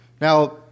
Now